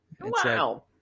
Wow